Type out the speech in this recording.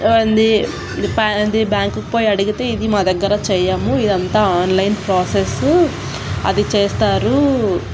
ఉంది అది బ్యాంకుకి పోయి అడిగితే ఇది మా దగ్గర చేయము ఇదంతా ఆన్లైన్ ప్రాసెస్సు అది చేస్తారు